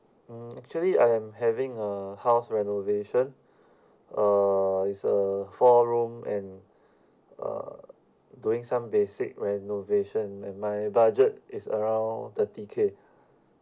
mm actually I am having a house renovation uh it's a four room and uh doing some basic renovation and my budget is around thirty K